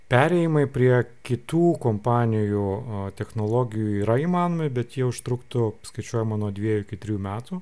perėjimui prie kitų kompanijų technologijų yra įmanomi bet jie užtruktų skaičiuojama nuo dviejų iki trijų metų